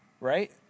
right